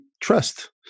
trust